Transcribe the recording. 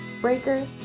Breaker